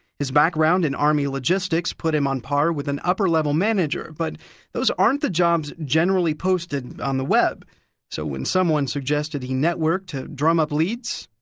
his background in the army's logistics put him on par with an upper-level manager, but those aren't the jobs generally posted on the web so when someone suggested he network to drum up leads,